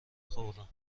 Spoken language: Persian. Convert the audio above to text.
خوردم